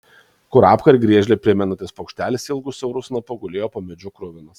kurapką ar griežlę primenantis paukštelis ilgu siauru snapu gulėjo po medžiu kruvinas